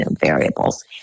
variables